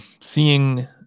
seeing